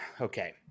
okay